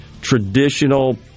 traditional